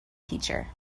teacher